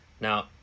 Now